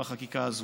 לקיקה הזאת.